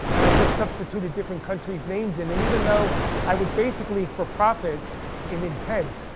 and i just substituted different countries names in. and even though i was basically for profit in intent,